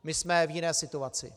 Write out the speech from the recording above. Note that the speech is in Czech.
My jsme v jiné situaci.